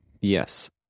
Yes